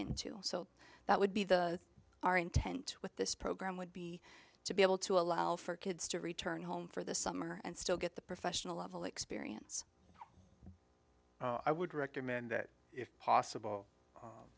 into so that would be the our intent with this program would be to be able to allow for kids to return home for the summer and still get the professional level experience i would recommend it if possible